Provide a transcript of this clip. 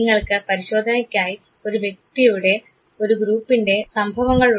നിങ്ങൾക്ക് പരിശോധനയ്ക്കായി ഒരു വ്യക്തിയുടെ ഒരു ഗ്രൂപ്പിൻറെ സംഭവങ്ങളുടെ